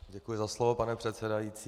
Děkuji za slovo, pane předsedající.